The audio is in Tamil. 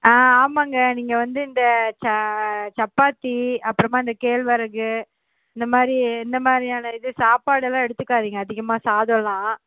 ஆ ஆமாங்க நீங்கள் வந்து இந்த ச சப்பாத்தி அப்புறமா இந்த கேழ்வரகு இந்த மாதிரி இந்த மாதிரியான இது சாப்பாடெல்லாம் எடுத்துக்காதிங்க அதிகமாக சாதமெலாம்